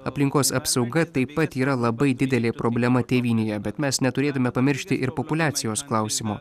aplinkos apsauga taip pat yra labai didelė problema tėvynėje bet mes neturėtume pamiršti ir populiacijos klausimo